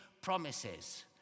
promises